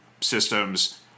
systems